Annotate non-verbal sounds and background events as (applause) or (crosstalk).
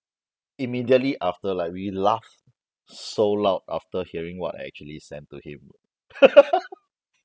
immediately after like we laughed so loud after hearing what I actually sent to him (laughs)